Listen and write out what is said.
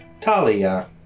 Talia